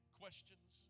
questions